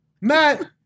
Matt